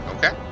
Okay